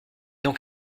donc